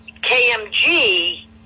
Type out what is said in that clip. KMG